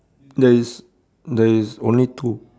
there is there is only two